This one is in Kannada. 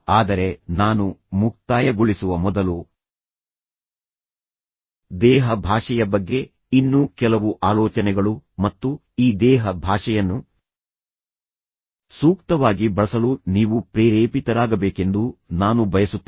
ಆದರೆ ನಾನು ಮುಕ್ತಾಯಗೊಳಿಸುವ ಮೊದಲು ದೇಹ ಭಾಷೆಯ ಬಗ್ಗೆ ಇನ್ನೂ ಕೆಲವು ಆಲೋಚನೆಗಳು ಮತ್ತು ಈ ದೇಹ ಭಾಷೆಯನ್ನು ಸೂಕ್ತವಾಗಿ ಬಳಸಲು ನೀವು ಪ್ರೇರೇಪಿತರಾಗಬೇಕೆಂದು ನಾನು ಬಯಸುತ್ತೇನೆ